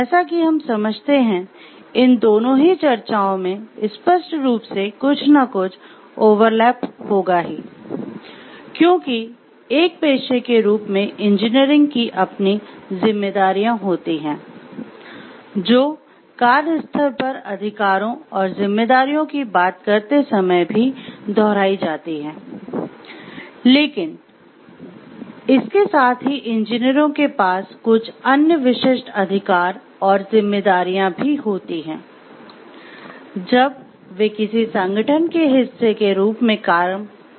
जैसा कि हम समझते हैं इन दोनों ही चर्चाओं में स्पष्ट रूप से कुछ न कुछ ओवरलैप होगा ही क्योंकि एक पेशे के रूप में इंजीनियरिंग की अपनी ज़िम्मेदारियाँ होती हैं जो कार्यस्थल पर अधिकारों और ज़िम्मेदारियों की बात करते समय भी दोहराई जाती हैं लेकिन इसके साथ ही इंजीनियरों के पास कुछ अन्य विशिष्ट अधिकार और ज़िम्मेदारियाँ भी होती हैं जब वे किसी संगठन के हिस्से के रूप में काम कर रहे हो